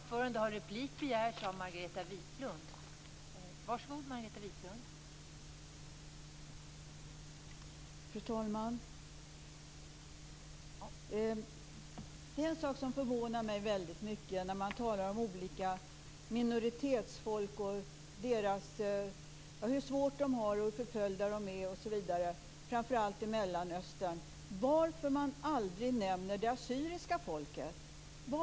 Fru talman! Det är en sak som förvånar mig väldigt mycket när man talar om olika minoritetsfolk, hur svårt de har det och hur förföljda de är osv., framför allt i Mellanöstern. Varför nämner man aldrig det assyriska folket?